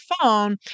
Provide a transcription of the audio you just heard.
phone